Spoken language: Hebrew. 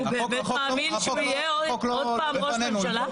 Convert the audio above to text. הוא באמת מאמין שהוא שיהיה עוד פעם ראש הממשלה?